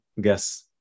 guess